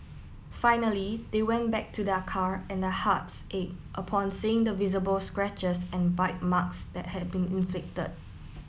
finally they went back to their car and their hearts ached upon seeing the visible scratches and bite marks that had been inflicted